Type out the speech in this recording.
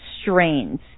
strains